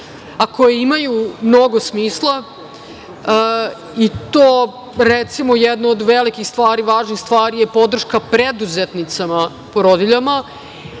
koje imaju mnogo smisla, i to recimo jednu od velikih stvari, važna stvar je podrška preduzetnicama porodiljama,